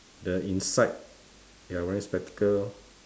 the inside they are wearing spectacle